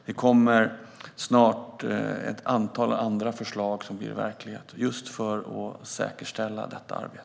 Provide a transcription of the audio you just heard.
Det kommer snart ett antal andra förslag som blir verklighet just för att säkerställa detta arbete.